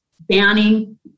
banning